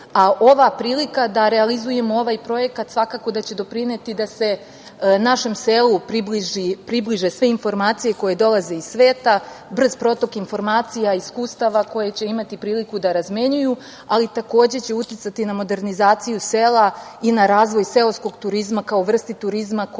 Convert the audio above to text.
a ova prilika da realizujemo ovaj projekat svakako da će doprineti da se našem selu približe sve informacije koje dolaze iz sveta, brz protok informacija i iskustava koje će imati priliku da razmenjuju, ali takođe će uticati na modernizaciju sela i na razvoj seoskog turizma kao vrste turizma koja je